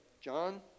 John